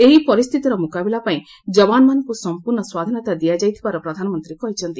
ଏହି ପରିସ୍ଥିତିର ମୁକାବିଲା ପାଇଁ ଜବାନମାନଙ୍କୁ ସମ୍ପୂର୍ଣ୍ଣ ସ୍ୱାଧୀନତା ଦିଆଯାଇଥିବାର ପ୍ରଧାନମନ୍ତ୍ରୀ କହିଛନ୍ତି